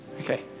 Okay